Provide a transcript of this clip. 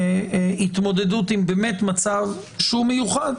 התמודדות עם מצב שהוא מיוחד,